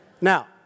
Now